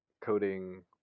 coding